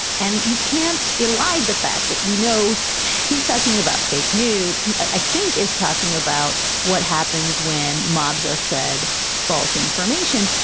and you can't elide the fact that we know he's talking about fake news. he, i think, is talking about what happens when mobs are fed false information.